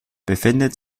befindet